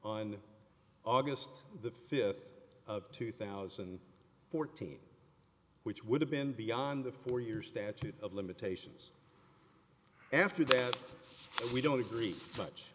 on august the fifth of two thousand and fourteen which would have been beyond the four year statute of limitations after that we don't agree much